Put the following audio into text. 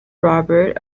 robert